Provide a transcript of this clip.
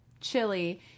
chili